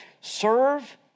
Serve